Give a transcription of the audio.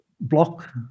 block